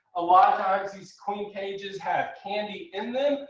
a lot of times, these queen cages have candy in them.